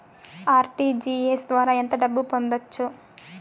RTGS ద్వారా ఎంత డబ్బు పంపొచ్చు?